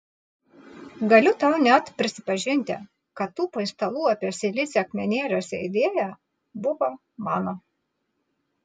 galiu tau net prisipažinti kad tų paistalų apie silicį akmenėliuose idėja buvo mano